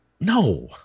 No